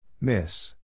Miss